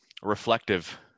reflective